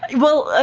well,